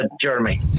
Jeremy